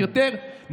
מאוימת יותר,